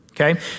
okay